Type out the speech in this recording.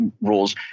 rules